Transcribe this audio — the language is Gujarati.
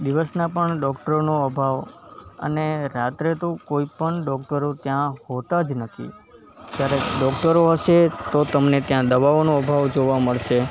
દિવસનાં પણ ડૉક્ટરોનો અભાવ અને રાત્રે તો કોઈ પણ ડૉક્ટર ત્યાં હોતાં જ નથી ક્યારેક ડૉક્ટરો હશે તો તમને ત્યાં દવાઓનો અભાવ જોવા મળશે